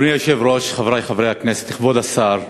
אדוני היושב-ראש, חברי חברי הכנסת, כבוד השר,